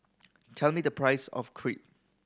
tell me the price of Crepe